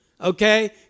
Okay